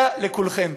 ולהצדיע לכולכם.